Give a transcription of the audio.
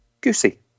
goosey